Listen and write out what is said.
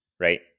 Right